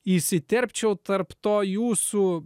įsiterpčiau tarp to jūsų